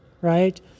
right